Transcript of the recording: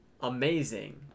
amazing